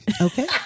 Okay